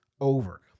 over